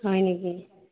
হয় নেকি